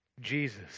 Jesus